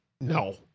No